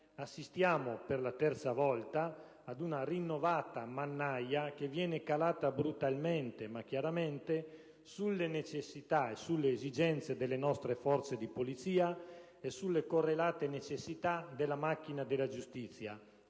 assiste per la terza volta ad una rinnovata mannaia che viene calata brutalmente, ma chiaramente, sulle necessità e le esigenze delle nostre forze di polizia e sulle correlate necessità della macchina della giustizia,